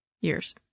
Years